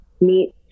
meet